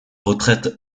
retraite